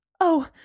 Oh